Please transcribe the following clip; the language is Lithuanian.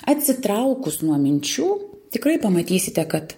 atsitraukus nuo minčių tikrai pamatysite kad